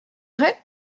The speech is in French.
vrai